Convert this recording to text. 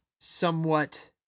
somewhat